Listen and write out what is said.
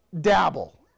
dabble